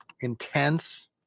intense